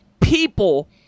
people